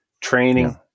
Training